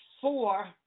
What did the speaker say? four